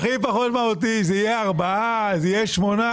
יהיו ארבעה, יהיו שמונה.